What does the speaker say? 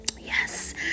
Yes